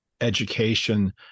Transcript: Education